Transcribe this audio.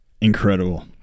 Incredible